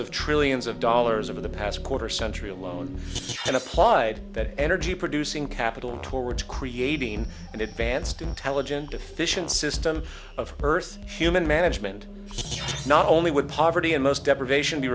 of trillions of dollars over the past quarter century alone and applied that energy producing capital towards creating an advanced intelligent efficient system of earth human management not only would poverty and most deprivation be